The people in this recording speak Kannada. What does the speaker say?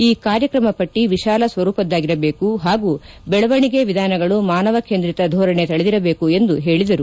ಈ ಕಾರ್ಯಕ್ರಮ ಪಟ್ಟ ವಿಶಾಲ ಸ್ವರೂಪದ್ದಾಗಿರಬೇಕು ಹಾಗೂ ಬೆಳವಣಿಗೆ ವಿಧಾನಗಳು ಮಾನವ ಕೇಂದ್ರಿತ ಧೋರಣೆ ತಳೆದಿರಬೇಕು ಎಂದು ಹೇಳಿದರು